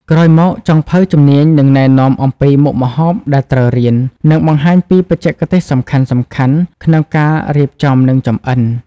ក្រោយមក ចុងភៅជំនាញនឹងណែនាំអំពីមុខម្ហូបដែលត្រូវរៀន និងបង្ហាញពីបច្ចេកទេសសំខាន់ៗក្នុងការរៀបចំ និងចម្អិន ។